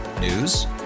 News